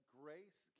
grace